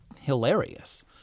hilarious